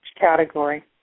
category